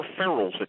ferals